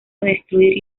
destruir